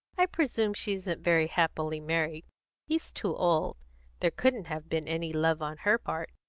i presume she isn't very happily married he's too old there couldn't have been any love on her part.